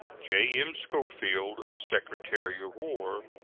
j m. schofield, secretary of war.